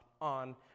on